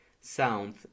sound